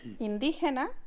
Indígena